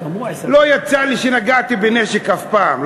לא יצא לי שנגעתי בנשק אף פעם,